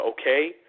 okay